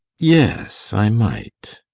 yes, i might.